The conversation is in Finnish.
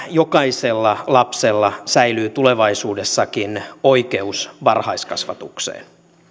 jokaisella lapsella säilyy tulevaisuudessakin oikeus varhaiskasvatukseen